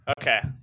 Okay